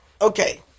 Okay